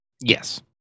Yes